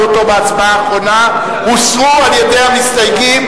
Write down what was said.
אותו בהצבעה האחרונה הוסרו על-ידי המסתייגים,